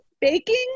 baking